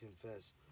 confess